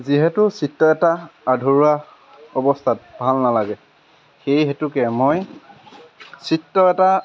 যিহেতু চিত্ৰ এটা আধৰুৱা অৱস্থাত ভাল নালাগে সেই হেতুকে মই চিত্ৰ এটা